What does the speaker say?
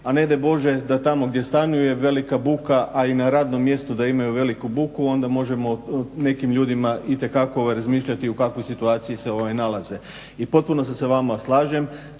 A ne daj Bože da tamo gdje stanuje je velika buka, a i na radnom mjestu da imaju veliku buku onda možemo nekim ljudima itekako razmišljati u kakvoj situaciji se nalaze. I potpuno se sa vama slažem